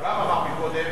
קודם